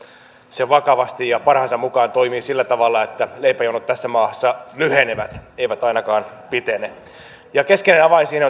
vakavasti ja parhaansa mukaan toimii sillä tavalla että leipäjonot tässä maassa lyhenevät eivät ainakaan pitene keskeinen avain siinä